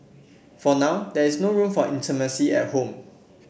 for now there is no room for intimacy at home